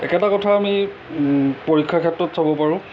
এটা কথা আমি পৰীক্ষাৰ ক্ষেত্ৰত চাব পাৰোঁ